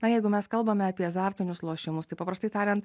na jeigu mes kalbame apie azartinius lošimus taip paprastai tariant